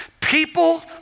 People